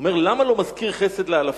הוא אומר: למה הוא לא מזכיר חסד לאלפים?